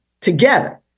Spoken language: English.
together